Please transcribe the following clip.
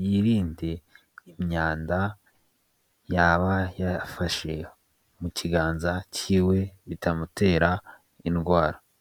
yirinde imyanda yaba yafashe mu kiganza cyiwe bitamutera indwara.